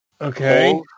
Okay